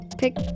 Pick